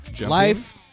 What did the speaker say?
life